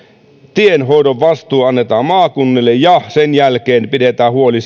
tienhoidon vastuu annetaan maakunnille ja sen jälkeen pidetään huoli